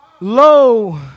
Lo